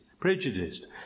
prejudiced